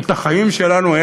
את החיים שלנו,